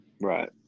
Right